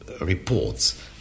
reports